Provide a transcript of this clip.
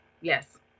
yes